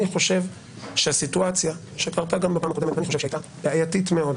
אני חושב שהסיטואציה שקרתה גם בפעם הקודמת הייתה בעייתית מאוד,